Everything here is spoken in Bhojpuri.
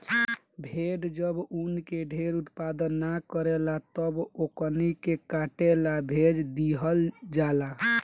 भेड़ जब ऊन के ढेर उत्पादन न करेले तब ओकनी के काटे ला भेज दीहल जाला